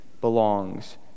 belongs